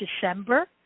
December